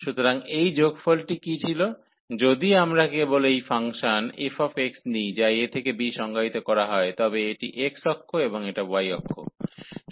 সুতরাং এই যোগফলটি কী ছিল যদি আমরা কেবল এই ফাংশন f নিই যা a থেকে b সংজ্ঞায়িত করা হয় তবে এটি x অক্ষ এবং এটা y অক্ষ রয়েছে